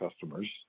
customers